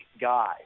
guy